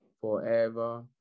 forever